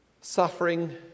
suffering